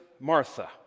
Martha